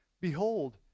Behold